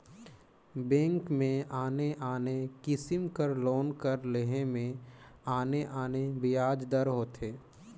bank में आने आने किसिम कर लोन कर लेहे में आने आने बियाज दर होथे